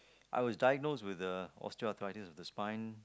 I was diagnosed with osteoarthritis which is fine